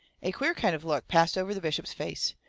a queer kind of look passed over the bishop's face.